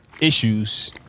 issues